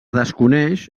desconeix